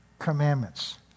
Commandments